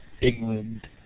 England